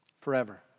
forever